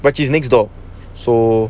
but she's next door so